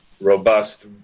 robust